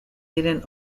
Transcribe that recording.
diren